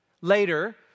Later